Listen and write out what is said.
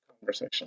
conversation